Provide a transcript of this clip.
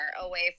away